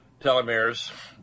telomeres